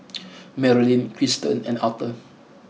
Maralyn Kiersten and Arther